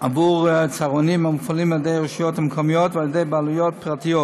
עבור צהרונים המופעלים על ידי הרשויות המקומיות ועל ידי בעלויות פרטיות.